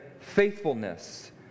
faithfulness